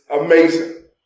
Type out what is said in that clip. amazing